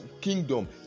kingdom